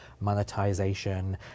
Monetization